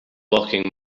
blocking